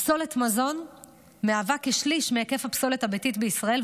פסולת מזון מהווה כשליש מהיקף הפסולת הביתית בישראל,